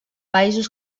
països